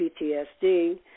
PTSD